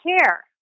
care